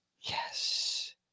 Yes